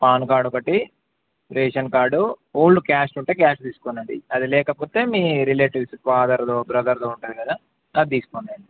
pan card ఒకటి ration card old cash ఉంటే cash తీసుకోనండి అది లేకపోతే మీ రిలేటివ్స్ ఫాదర్దో బ్రదర్దో ఉంటది కదా అది తీసుకోందండి